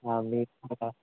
ఆ మీరు కాక